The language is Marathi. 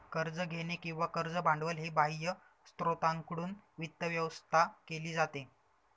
कर्ज घेणे किंवा कर्ज भांडवल हे बाह्य स्त्रोतांकडून वित्त व्यवस्था केली जाते